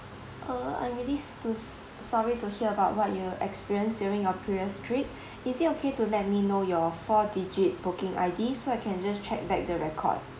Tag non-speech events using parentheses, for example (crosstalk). oh I really so sorry to hear about what you experience during your previous trip (breath) is it okay to let me know your four digit booking ID so I can just check back the record